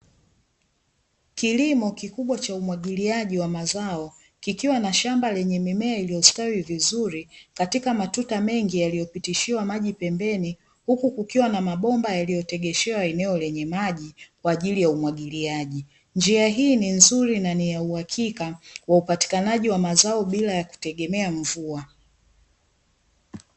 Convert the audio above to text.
Kilimo kikubwa cha umwagiliaji wa mazao kikiwa na shamba lenye mimea iliyostawi vizuri katika matuta mengi yaliyopitishwa maji pembeni huku kukiwa na mabomba yaliyotegeshewa eneo lenye maji kwa ajili ya umwagiliaji, njia hii ni nzuri na ni ya uhakika wa upatikanaji wa mazao bila ya kutegemea mvua .